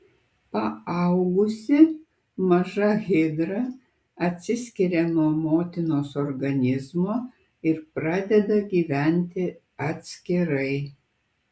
paaugusi maža hidra atsiskiria nuo motinos organizmo ir pradeda gyventi atskirai